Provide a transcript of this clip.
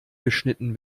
geschnitten